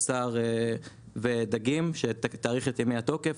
בשר ודגים שתאריך את ימי התוקף,